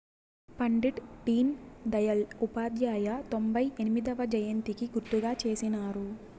పండిట్ డీన్ దయల్ ఉపాధ్యాయ తొంభై ఎనిమొదవ జయంతికి గుర్తుగా చేసినారు